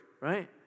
right